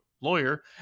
lawyer